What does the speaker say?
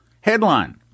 Headline